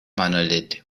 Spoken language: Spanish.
manolete